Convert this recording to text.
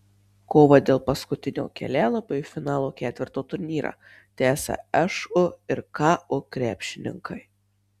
kovą dėl paskutinio kelialapio į finalo ketverto turnyrą tęsia šu ir ku krepšininkai